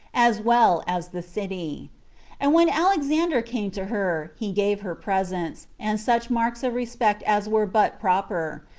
as well as the city and when alexander came to her, he gave her presents, and such marks of respect as were but proper,